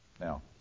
Now